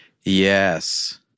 Yes